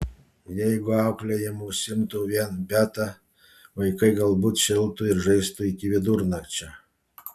jeigu auklėjimu užsiimtų vien beata vaikai galbūt šėltų ir žaistų iki vidurnakčio